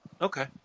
Okay